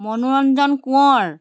মনোৰঞ্জন কোঁৱৰ